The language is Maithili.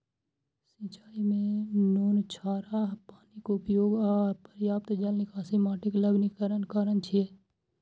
सिंचाइ मे नोनछराह पानिक उपयोग आ अपर्याप्त जल निकासी माटिक लवणीकरणक कारण छियै